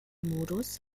modus